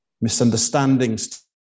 Misunderstandings